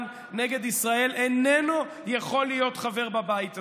נגד ישראל איננו יכול להיות חבר בבית הזה.